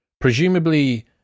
Presumably